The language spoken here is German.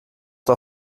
der